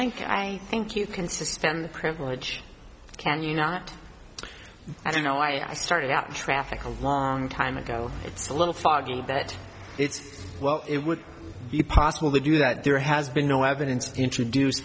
think i think you can suspend the privilege can you not i don't know i started out traffic a long time ago it's a little foggy that it's well it would be possible to do that there has been no evidence introduced